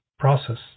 process